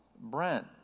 Brent